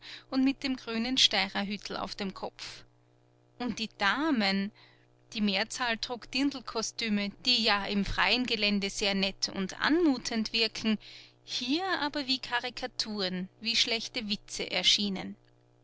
und mit dem grünen steirerhütl auf dem kopf und die damen die mehrzahl trug dirndlkostüme die ja im freien gelände sehr nett und anmutend wirken hier aber wie karikaturen wie schlechte witze erschienen